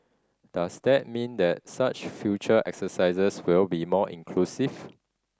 does that mean that such future exercises will be more inclusive